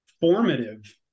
formative